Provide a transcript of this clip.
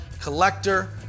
collector